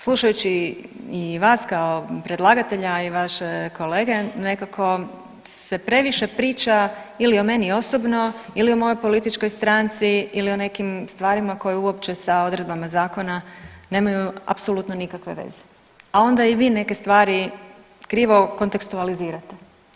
Slušajući i vas kao predlagatelja i vaše kolege, nekako se previše priča ili o meni osobno ili o mojoj političkoj stranci ili o nekim stvarima koje uopće sa odredbama zakona nemaju apsolutno nikakve veze, a onda i vi neke stvari krivo kontekstualizirate.